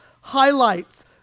highlights